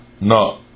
No